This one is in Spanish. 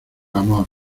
amor